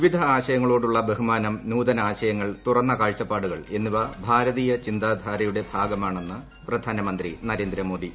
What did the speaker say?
വിവിധ ആശയങ്ങളോടുള്ള ബഹുമാനം നൂതന ആശയങ്ങൾ തുറന്ന കാഴ്ചപ്പാടുകൾ എന്നിവ ഭാരതീയ ചിന്താധാരയുടെ ഭാഗമാണെന്ന് പ്രധാനമന്ത്രി നരേന്ദ്രമോദി